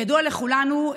ידוע לכולנו,